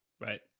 Right